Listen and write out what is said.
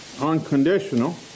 unconditional